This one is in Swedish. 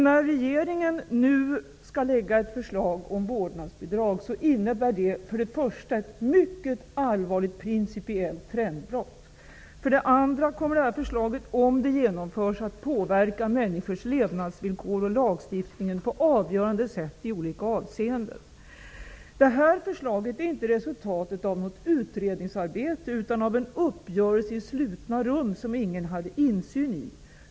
När regeringen nu skall lägga fram ett förslag om vårdnadsbidrag, innebär detta för det första ett mycket allvarligt principiellt trendbrott. För det andra kommer detta förslag, om det genomförs, att påverka människors levnadsvillkor och lagstiftningen på avgörande sätt i olika avseenden. Detta förslag är inte resultatet av något utredningsarbete utan av en uppgörelse i slutna rum som ingen har insyn i.